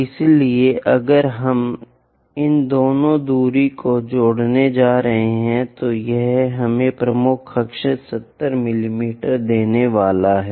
इसलिए अगर हम इन दो दूरी को जोड़ने जा रहे हैं तो यह हमें प्रमुख अक्ष 70 मिमी देने वाला है